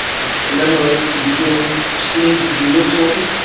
which commemorates the beginning siege of jerusalem,